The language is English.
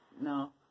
No